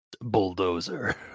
Bulldozer